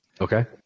Okay